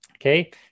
okay